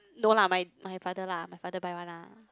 no lah my father lah my father buy one lah